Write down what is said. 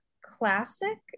classic